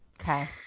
Okay